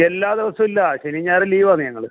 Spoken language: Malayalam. എല്ലാ ദിവസവും ഇല്ല ശനിയും ഞായറും ലീവാണ് ഞങ്ങൾ